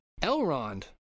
elrond